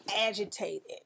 agitated